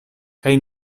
kaj